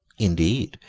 indeed,